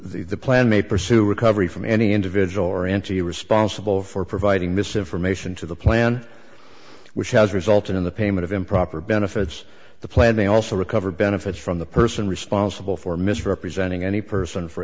that the plan may pursue recovery from any individual or entity responsible for providing misinformation to the plan which has resulted in the payment of improper benefits the plan may also recover benefit from the person responsible for misrepresenting any person for